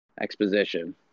Exposition